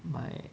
买